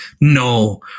no